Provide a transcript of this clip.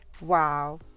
Wow